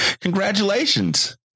Congratulations